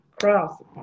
cross